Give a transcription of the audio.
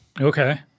Okay